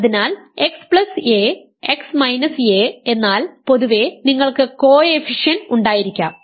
അതിനാൽ xa x a എന്നാൽ പൊതുവേ നിങ്ങൾക്ക് കോഫിഷ്യന്റ് ഉണ്ടായിരിക്കാം